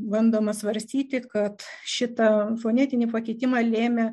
bandoma svarstyti kad šitą fonetinį pakeitimą lėmė